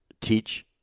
teach